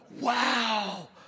Wow